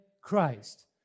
Christ